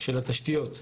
התשתיות ביישובים.